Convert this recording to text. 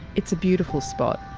it's a beautiful spot.